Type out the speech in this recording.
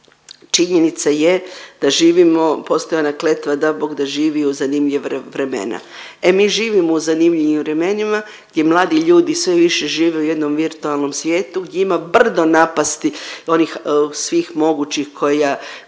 Činjenica je da živimo, postoji ona kletva da Bog da živio u zanimljiva vremena. E mi živimo u zanimljivim vremenima gdje mladi ljudi sve više žive u jednom virtualnom svijetu gdje ima brdo napasti onih svih mogućih koja,